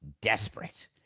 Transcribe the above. desperate